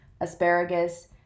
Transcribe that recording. asparagus